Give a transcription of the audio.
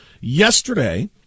yesterday